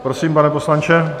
Prosím, pane poslanče.